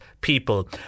people